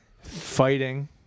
fighting